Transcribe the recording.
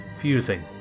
fusing